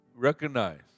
Recognize